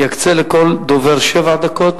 אקצה לכל דובר שבע דקות,